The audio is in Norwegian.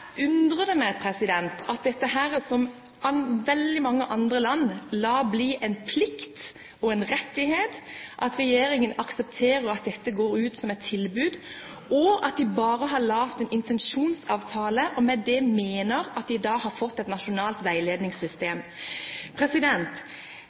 undrer meg at regjeringen, når det som veldig mange andre land lar bli en plikt og en rettighet, aksepterer at dette går ut som et tilbud, at de bare har laget en intensjonsavtale, og med det mener at de har fått et nasjonalt